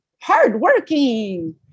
hardworking